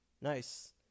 Nice